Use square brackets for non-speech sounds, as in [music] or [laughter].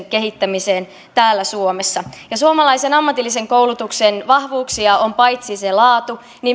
[unintelligible] kehittämiseen täällä suomessa suomalaisen ammatillisen koulutuksen vahvuuksia ovat paitsi se laatu myöskin